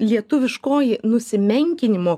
lietuviškoji nusimenkinimo